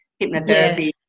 hypnotherapy